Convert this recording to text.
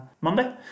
Monday